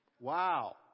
wow